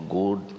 good